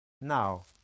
now